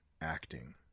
acting